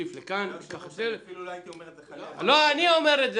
נוסיף לכאן, ניקח את זה.